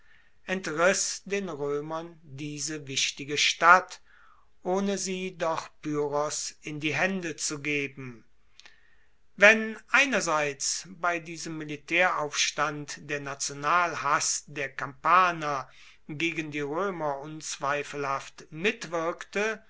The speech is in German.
entriss den roemern diese wichtige stadt ohne sie doch pyrrhos in die haende zu geben wenn einerseits bei diesem militaeraufstand der nationalhass der kampaner gegen die roemer unzweifelhaft mitwirkte